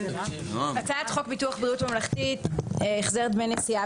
הצעת חוק ביטוח בריאות ממלכתי (החזר דמי נסיעה